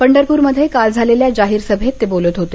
पंढरप्रमध्ये काल झालेल्या जाहीर सभेत ते बोलत होते